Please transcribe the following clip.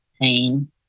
pain